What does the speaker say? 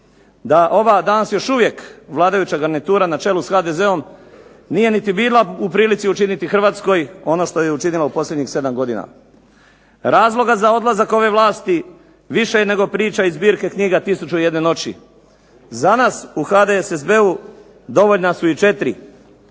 da ova danas još uvijek vladajuća garnitura na čelu s HDZ-om nije niti bila u prilici učiniti Hrvatskoj ono što je učinila u posljednjih 7 godina. Razloga za odlazak ove vlasti više je nego priča iz zbirke knjiga tisuću i jedne noći. Za nas u HDSSB-u dovoljna su i četiri.